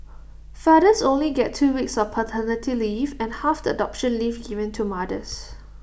fathers only get two weeks of paternity leave and half the adoption leave given to mothers